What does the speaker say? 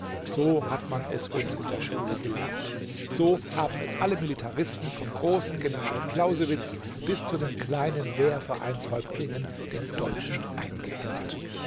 so hat man es uns in der schule gelernt so haben es alle militaristen vom großen general clausewitz bis zu den kleinen wehrvereinshäuptlingen den deutschen eingehämmert